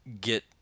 get